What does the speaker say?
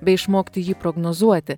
bei išmokti jį prognozuoti